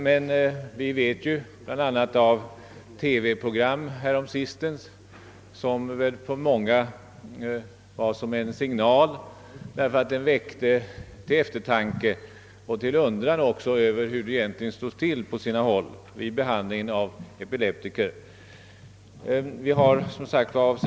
Men bl.a. genom ett TV-program som nyligen sändes har vi fått vår uppmärksamhet fäst på hur epileptiker på sina håll behandlas. Detta program blev säkerligen för många en signal — det manade till eftertanke och även till undran.